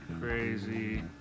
crazy